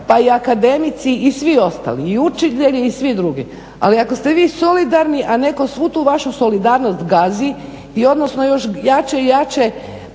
pa i akademici i svi ostali i učitelji i svi drugi, ali ako ste vi solidarni a netko svu tu solidarnost gazi i jače i jače